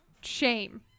shame